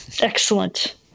Excellent